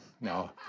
no